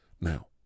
now